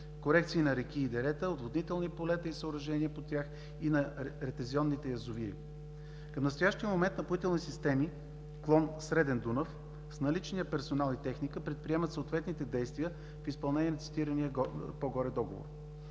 корекции на реки и дерета, отводнителни полета и съоръжения по тях и на ретензионните язовири. Към настоящия момент „Напоителни системи“, клон „Среден Дунав“ с наличния персонал и техника предприемат съответните действия в изпълнение на цитирания по-горе договор.